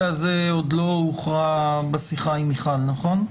הזה עוד לא הוכרע שבשיחה עם מיכל רוזין.